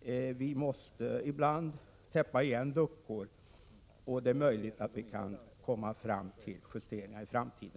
hända på det här området. Vi måste ibland täppa igen luckor, och det är möjligt att vi i framtiden kan komma fram till att justeringar är nödvändiga.